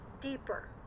deeper